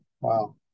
Wow